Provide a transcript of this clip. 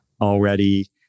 already